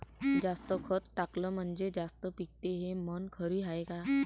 जास्त खत टाकलं म्हनजे जास्त पिकते हे म्हन खरी हाये का?